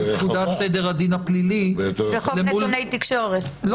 בפקודת סדר הדין הפלילי למול חוק נתוני תקשורת,